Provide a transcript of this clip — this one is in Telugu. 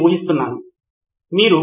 ప్రొఫెసర్ అవును నిజమే